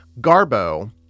Garbo